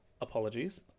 apologies